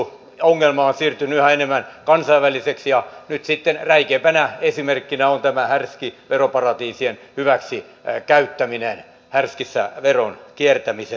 ongelma on siirtynyt yhä enemmän kansainväliseksi ja nyt sitten räikeimpänä esimerkkinä on tämä härski veroparatiisien hyväksikäyttäminen härskissä veronkiertämisessä